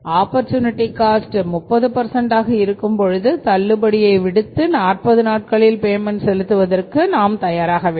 opportunity cost 30 ஆக இருக்கும் பொழுது தள்ளுபடியை விடுத்து 40 நாட்களில் பேமென்ட் செலுத்துவதற்கு தயாராக வேண்டும்